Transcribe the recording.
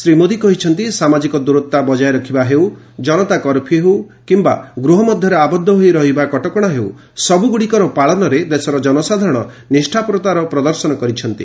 ଶ୍ରୀ ମୋଦୀ କହିଛନ୍ତି ସାମାଜିକ ଦୂରତା ବଜାୟ ରଖିବା ହେଉ ଜନତା କର୍ଫ୍ୟୁ ହେଉ କିମ୍ବା ଗୁହ ମଧ୍ୟରେ ଆବଦ୍ଧ ହୋଇ ରହିବା କଟକଣା ହେଉ ସବୁଗୁଡ଼ିକର ପାଳନରେ ଦେଶର ଜନସାଧାରଣ ନିଷାପରତାର ପ୍ରଦର୍ଶନ କରିଛନ୍ତି